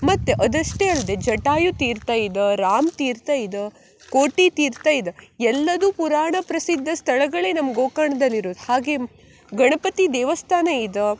ಮತ್ತು ಅದಷ್ಟೇ ಅಲ್ಲದೆ ಜಟಾಯು ತೀರ್ಥ ಇದೆ ರಾಮತೀರ್ಥ ಇದೆ ಕೋಟಿ ತೀರ್ಥ ಇದೆ ಎಲ್ಲವೂ ಪುರಾಣ ಪ್ರಸಿದ್ಧ ಸ್ಥಳಗಳೇ ನಮ್ಮ ಗೋಕರ್ಣ್ದಲ್ಲಿ ಇರುದು ಹಾಗೆ ಗಣಪತಿ ದೇವಸ್ಥಾನ ಇದೆ